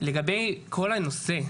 לגבי כל הנושא,